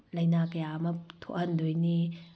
ꯂꯥꯏꯅ ꯀꯌꯥ ꯑꯃ ꯊꯣꯛꯍꯟꯗꯣꯏꯅꯤ